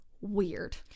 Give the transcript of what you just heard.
weird